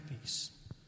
peace